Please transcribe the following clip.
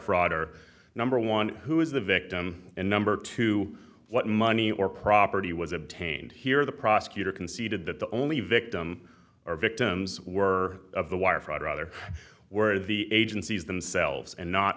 fraud or number one who is the victim and number two what money or property was obtained here the prosecutor conceded that the only victim or victims were of the wire fraud rather where the agencies themselves and not